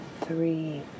three